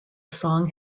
song